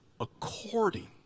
according